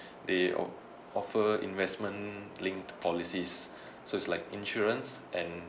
they o~ offer investment linked policies so it's like insurance and